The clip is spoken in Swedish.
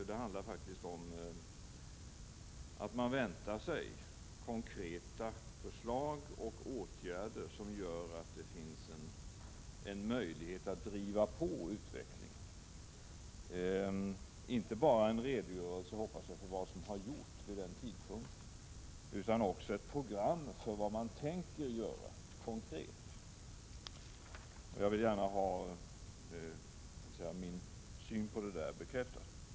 Det handlar faktiskt om att man väntar sig konkreta förslag och åtgärder som gör att det finns en möjlighet att driva på utvecklingen. Jag hoppas således att det inte bara handlar om en redogörelse för vad som har gjorts vid en aktuell tidpunkt utan att det också handlar om ett program för vad man tänker göra konkret. Jag vill gärna ha en bekräftelse på hur det förhåller sig beträffande min syn på detta.